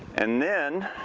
and then.